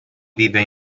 vive